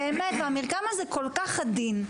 באמת המרקם הזה כל כך עדין,